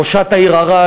ראשת העיר ערד,